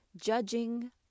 judging